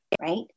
right